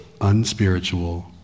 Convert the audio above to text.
unspiritual